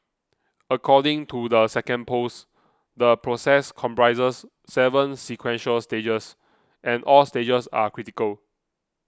according to the second post the process comprises seven sequential stages and all stages are critical